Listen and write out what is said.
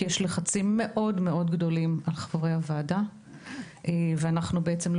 כי יש לחצים מאוד גדולים על חברי הוועדה ואנחנו לא